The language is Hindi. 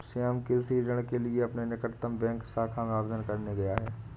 श्याम कृषि ऋण के लिए अपने निकटतम बैंक शाखा में आवेदन करने गया है